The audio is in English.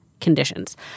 conditions